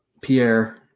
pierre